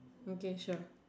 okay sure